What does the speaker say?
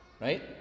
Right